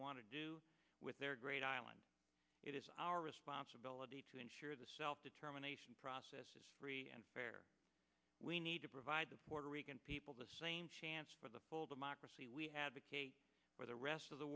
want to do with their great island it is our responsibility to ensure the self determination process is free and fair we need to provide the puerto rican people the same chance for the full democracy we had for the rest of the